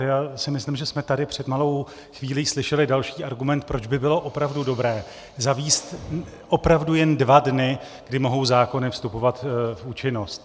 Já si myslím, že jsme tady před malou chvílí slyšeli další argument, proč by bylo opravdu dobré zavést opravdu jen dva dny, kdy mohou zákony vstupovat v účinnost.